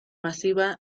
masiva